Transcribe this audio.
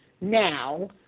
now